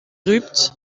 rupts